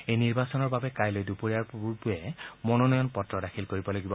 এই নিৰ্বাচনৰ বাবে কাইলৈ দুপৰীয়াৰ পূৰ্বে মনোনয়ন পত্ৰ দাখিল কৰিব লাগিব